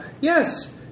yes